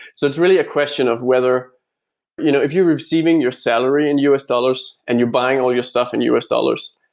so it's really a question of whether you know if you're receiving your salary in us dollars and you're buying all your stuff in us dollars,